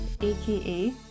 AKA